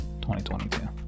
2022